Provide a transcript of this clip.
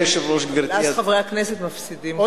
ואז חברי הכנסת מפסידים.